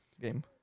game